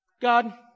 god